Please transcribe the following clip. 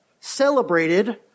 celebrated